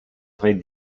très